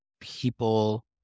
people